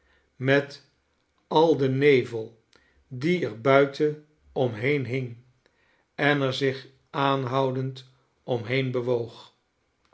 met al den nevel die er buiten omheen hing en er zich aanhoudend omheen bewoog